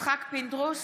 יצחק פינדרוס,